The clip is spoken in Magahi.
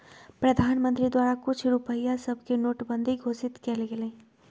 प्रधानमंत्री द्वारा कुछ रुपइया सभके नोटबन्दि घोषित कएल गेलइ